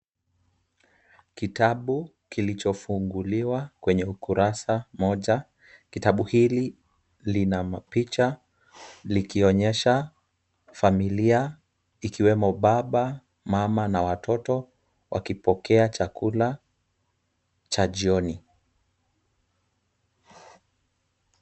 Kitabu kilichofunguliwa kwenye ukurasa moja. Kitabu hiki kina mapicha kikionyesha familia ikiwemo baba, mama na watoto wakipokea chakula cha jioni.